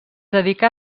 dedicà